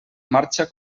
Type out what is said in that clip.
marxa